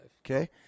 Okay